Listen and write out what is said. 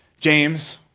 James